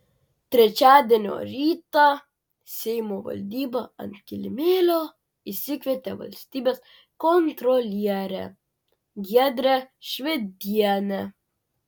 trečiadienio rytą seimo valdyba ant kilimėlio išsikvietė valstybės kontrolierę giedrę švedienę